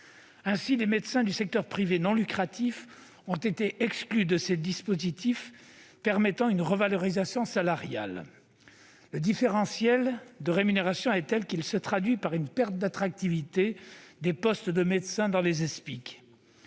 Ainsi, les médecins du secteur privé non lucratif ont été exclus des dispositifs de revalorisation salariale. Le différentiel de rémunération est tel qu'il se traduit par une perte d'attractivité des postes de médecins dans les Espic.